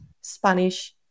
Spanish